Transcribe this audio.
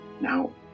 Now